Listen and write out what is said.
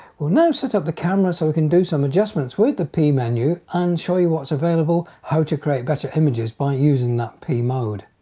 will now set up the camera so we can do some adjustments with the p menu and show you what's available, how to create better images by using that p mode.